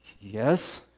Yes